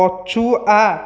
ପଛୁଆ